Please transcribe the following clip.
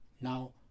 Now